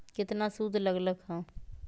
केतना सूद लग लक ह?